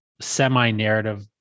semi-narrative